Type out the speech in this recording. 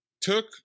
took